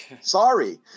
Sorry